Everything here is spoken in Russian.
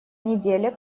неделя